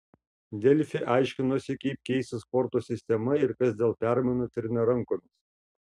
delfi aiškinosi kaip keisis sporto sistema ir kas dėl permainų trina rankomis